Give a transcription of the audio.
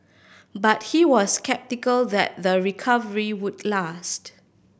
but he was sceptical that the recovery would last